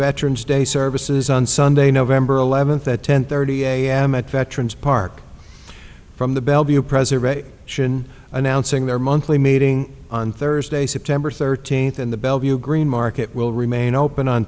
veterans day services on sunday november eleventh a ten thirty a m at veterans park from the bell be a president sion announcing their monthly meeting on thursday september thirteenth and the bellevue green market will remain open on